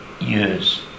years